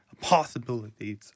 possibilities